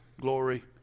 glory